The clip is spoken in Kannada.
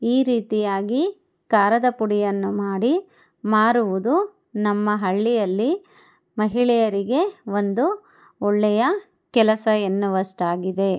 ಈ ರೀತಿಯಾಗಿ ಖಾರದಪುಡಿಯನ್ನು ಮಾಡಿ ಮಾರುವುದು ನಮ್ಮ ಹಳ್ಳಿಯಲ್ಲಿ ಮಹಿಳೆಯರಿಗೆ ಒಂದು ಒಳ್ಳೆಯ ಕೆಲಸ ಎನ್ನುವಷ್ಟಾಗಿದೆ